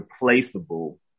replaceable